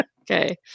Okay